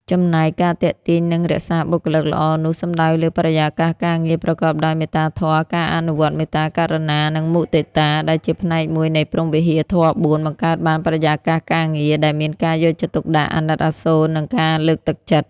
ចំណែក ការទាក់ទាញ និងរក្សាបុគ្គលិកល្អនោះសំដៅលើ បរិយាកាសការងារប្រកបដោយមេត្តាធម៌: ការអនុវត្ត មេត្តា ករុណា និងមុទិតា ដែលជាផ្នែកមួយនៃព្រហ្មវិហារធម៌៤ បង្កើតបានបរិយាកាសការងារដែលមានការយកចិត្តទុកដាក់ អាណិតអាសូរ និងការលើកទឹកចិត្ត។